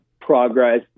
progress